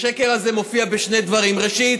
והשקר הזה מופיע בשני דברים: ראשית,